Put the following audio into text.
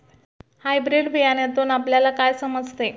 Hybrid बियाण्यातून आपल्याला काय समजते?